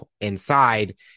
inside